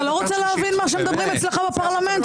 אתה לא רוצה להבין מה שמדברים אצלך בפרלמנט?